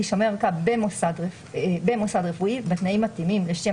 תישמר הערכה במוסד רפואי בתנאים מתאימים לשם